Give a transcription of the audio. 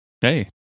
Hey